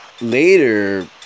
later